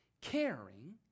caring